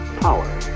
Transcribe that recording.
Power